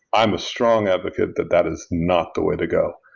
i'm a strong advocate that that is not the way to go.